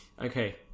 Okay